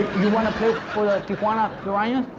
you wanna play for the tijuana piranhas?